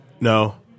No